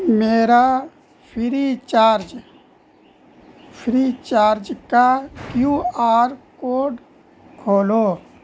میرا Freecharge Freecharge کا Q R code کھولو